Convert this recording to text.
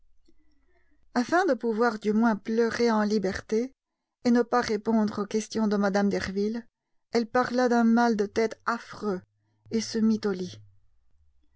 afin de pouvoir du moins pleurer en liberté et ne pas répondre aux questions de mme derville elle parla d'un mal de tête affreux et se mit au lit